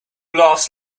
laughs